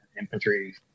infantry